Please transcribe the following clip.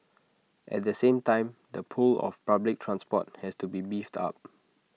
at the same time the pull of public transport has to be beefed up